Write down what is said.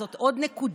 זאת עוד נקודה,